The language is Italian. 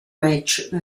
match